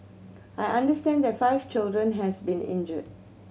I understand that five children has been injured